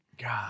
god